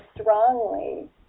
strongly